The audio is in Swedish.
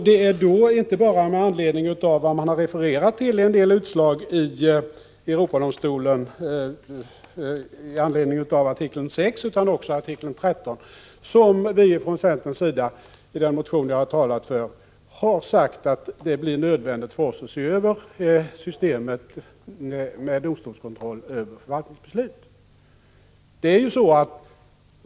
Det är inte bara på grund av det som man har refererat till i en del utslag i Europadomstolen i anledning av artikel 6 utan också artikel 13 som vi från centerns sida har sagt —i den motion jag har talat för — att det blir nödvändigt att se över systemet med domstolskontroll av förvaltningsbeslut.